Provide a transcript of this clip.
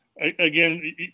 Again